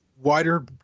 wider